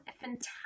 fantastic